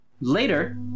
Later